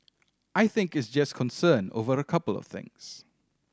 I think is just concern over a couple of things